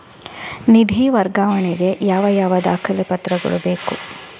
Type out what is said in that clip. ನಿಧಿ ವರ್ಗಾವಣೆ ಗೆ ಯಾವ ಯಾವ ದಾಖಲೆ ಪತ್ರಗಳು ಬೇಕು?